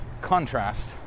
contrast